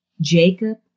Jacob